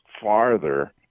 farther